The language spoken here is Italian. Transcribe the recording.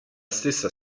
stessa